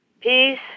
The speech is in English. peace